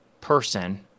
person